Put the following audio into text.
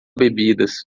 bebidas